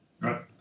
right